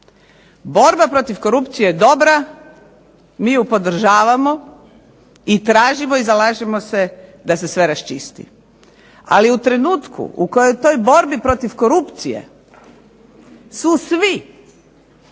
Borba protiv korupcije je dobra, mi ju podržavano i tražimo i zalažemo se da se sve raščisti. Ali u trenutku u kojem u toj borbi protiv korupcije su svi